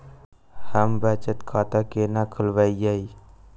हम बचत खाता केना खोलइयै?